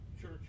Church